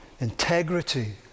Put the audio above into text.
integrity